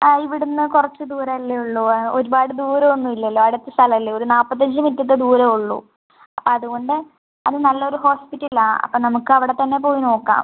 ആ ഇവിടെ നിന്ന് കുറച്ച് ദൂരമല്ലേ ഉള്ളൂ ആ ഒരുപാട് ദൂരം ഒന്നുമില്ലല്ലോ അടുത്ത സ്ഥലമല്ലേ ഒരു നാല്പത്തഞ്ച് മിനിറ്റത്തെ ദൂരമേ ഉളളൂ അതുകൊണ്ട് അത് നല്ലൊരു ഹോസ്പിറ്റലാണ് അപ്പം നമുക്ക് അവിടെത്തന്നെ പോയി നോക്കാം